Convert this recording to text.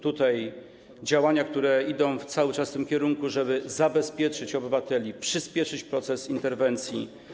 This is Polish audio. Tutaj działania idą cały czas w tym kierunku, żeby zabezpieczyć obywateli, przyspieszyć proces interwencji.